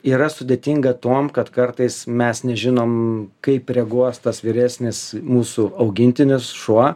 yra sudėtinga tuom kad kartais mes nežinom kaip reaguos tas vyresnis mūsų augintinis šuo